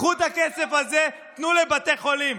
קחו את הכסף הזה, תנו לבתי חולים.